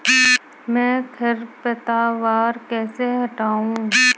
मैं खरपतवार कैसे हटाऊं?